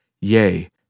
Yea